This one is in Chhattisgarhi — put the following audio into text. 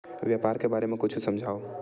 व्यापार के बारे म कुछु समझाव?